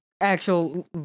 actual